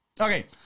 Okay